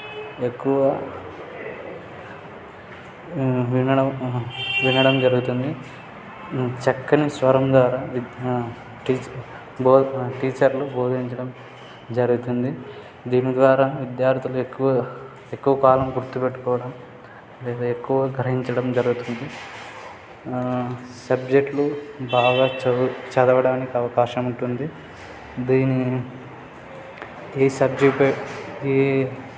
ఎక్కువ వినడం వినడం జరుగుతుంది చక్కని స్వరం ద్వారా టీచర్ బోధ టీచర్లు బోధించడం జరుగుతుంది దీని ద్వారా విద్యార్థులు ఎక్కువ ఎక్కువ కాలం గుర్తుపెట్టుకోవడం లేదా ఎక్కువ గ్రహించడం జరుగుతుంది సబ్జెక్టులు బాగా చద చదవడానికి అవకాశం ఉంటుంది దీని ఈ సబ్జిపై ఈ